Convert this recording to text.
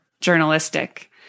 journalistic